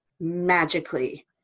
magically